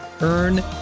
Earn